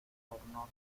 tornóse